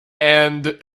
and